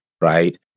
Right